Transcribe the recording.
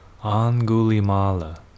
Angulimala